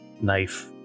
knife